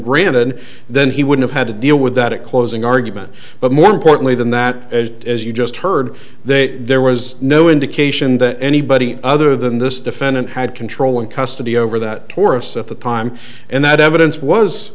granted then he would have had to deal with that a closing argument but more importantly than that as you just heard that there was no indication that anybody other than this defendant had control and custody over that taurus at the time and that evidence was